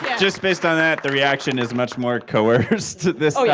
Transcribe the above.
just based on that, the reaction is much more coerced this yeah